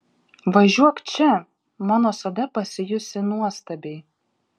važiuok čia mano sode pasijusi nuostabiai